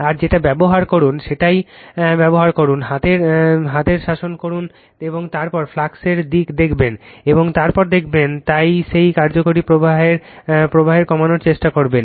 আর যেটা ব্যবহার করুন সেটাই ব্যবহার করুন হাতের শাসন করুন এবং তারপর ফ্লাক্সের দিক দেখবেন এবং তারপর দেখবেন তাই সেই কার্যকরী প্রবাহ কমানোর চেষ্টা করবেন